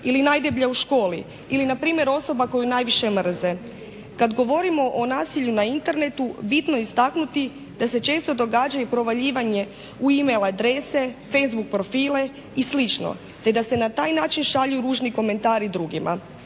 ili najdeblja u školi ili na primjer osoba koju najviše mrze. Kad govorimo o nasilju na internetu bitno je istaknuti da se često događa i provaljivanje u e-mail adrese, facebook profile i slično, te da se na taj način šalju ružni komentari drugima.